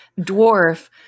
dwarf